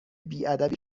بیادبی